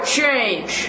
change